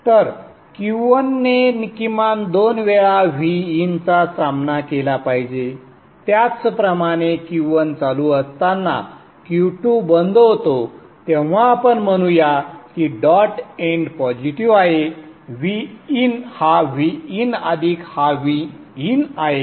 तर Q1 ने किमान दोन वेळा Vin चा सामना केला पाहिजे त्याचप्रमाणे Q1 चालू असताना Q2 बंद होतो तेव्हा आपण म्हणू या की डॉट एंड पॉझिटिव्ह आहे Vin हा Vin अधिक हा Vin आहे